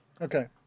Okay